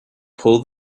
pull